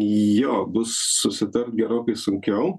jo bus susitart gerokai sunkiau